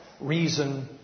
reason